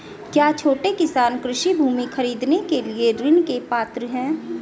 क्या छोटे किसान कृषि भूमि खरीदने के लिए ऋण के पात्र हैं?